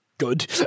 good